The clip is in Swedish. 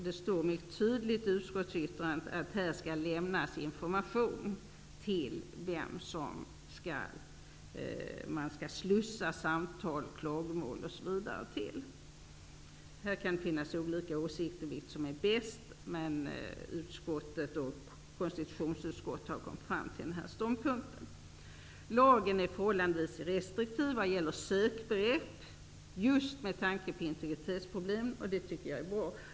Det står tydligt i utskottets yttrande att det skall lämnas information om vem man skall slussa samtal och klagomål till. Här kan finnas olika åsikter om vad som är bäst. Men socialförsäkringsutskottet och konstitutionsutskottet ha kommit fram till denna ståndpunkt. Lagen är förhållandevis restriktiv vad gäller sökbegrepp, just med tanke på integritetsproblem. Det tycker jag är bra.